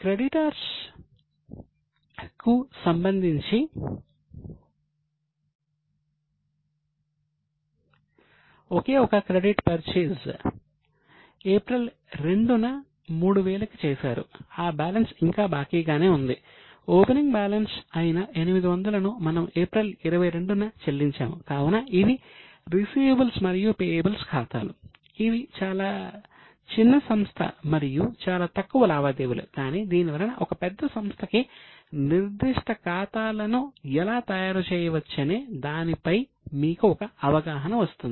creditors ఖాతాలు ఇది చాలా చిన్న సంస్థ మరియు చాలా తక్కువ లావాదేవీలు కానీ దీనివలన ఒక పెద్ద సంస్థకి నిర్దిష్ట ఖాతాను ఎలా తయారు చేయవచ్చనే దానిపై మీకు ఒక అవగాహన వస్తుంది